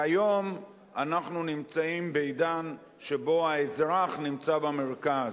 והיום אנחנו נמצאים בעידן שבו האזרח נמצא במרכז,